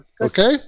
Okay